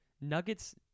Nuggets